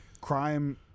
crime